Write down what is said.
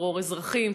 טרור אזרחים,